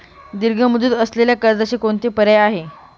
दीर्घ मुदत असलेल्या कर्जाचे कोणते पर्याय आहे?